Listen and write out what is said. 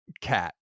cat